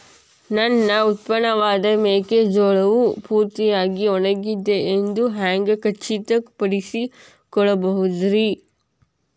ನನ್ನ ಉತ್ಪನ್ನವಾದ ಮೆಕ್ಕೆಜೋಳವು ಪೂರ್ತಿಯಾಗಿ ಒಣಗಿದೆ ಎಂದು ಹ್ಯಾಂಗ ಖಚಿತ ಪಡಿಸಿಕೊಳ್ಳಬಹುದರೇ?